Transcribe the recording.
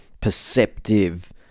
perceptive